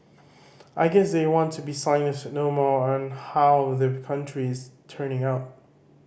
I guess they want to be silent no more on how the country is turning out